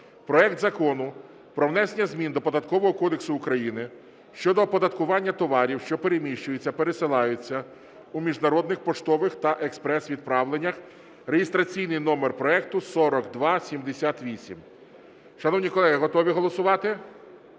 проект Закону про внесення змін до Податкового кодексу України (щодо оподаткування товарів, що переміщуються (пересилаються) у міжнародних поштових та експрес-відправленнях) (реєстраційний номер проекту 4278). Шановні колеги, готові голосувати?